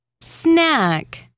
snack